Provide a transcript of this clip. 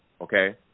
okay